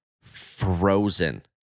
frozen